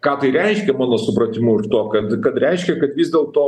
ką tai reiškia mano supratimu ir tuo kad kad reiškia kad vis dėlto